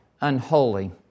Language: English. unholy